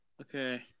Okay